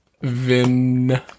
Vin